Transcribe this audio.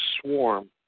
swarm